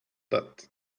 that